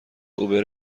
اوبر